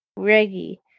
Reggie